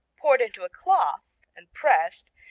poured into a cloth and pressed,